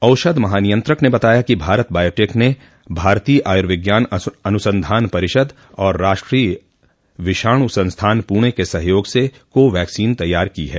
औषध महानियंत्रक ने बताया कि भारत बायोटेक ने भारतीय आयुर्विज्ञान अनुसंधान परिषद और राष्ट्रीय विषाणु संस्थाान पुणे के सहयोग से का वैक्सीन तैयार की है